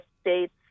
state's